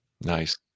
Nice